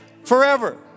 forever